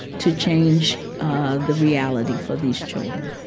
to change ah the reality for these children